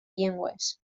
llengües